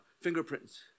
fingerprints